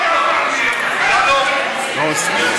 שוק מחנה-יהודה?